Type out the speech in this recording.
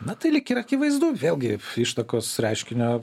na tai lyg ir akivaizdu vėlgi ištakos reiškinio